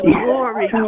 glory